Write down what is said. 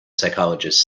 psychologist